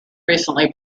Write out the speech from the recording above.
recently